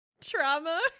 Trauma